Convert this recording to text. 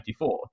1994